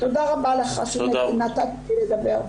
תודה רבה לך שנתת לי לדבר.